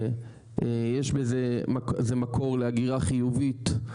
יש בזה מקור להגירה חיובית,